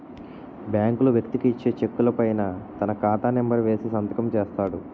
బ్యాంకులు వ్యక్తికి ఇచ్చే చెక్కుల పైన తన ఖాతా నెంబర్ వేసి సంతకం చేస్తాడు